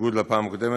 בניגוד לפעם הקודמת,